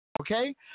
okay